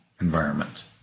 environment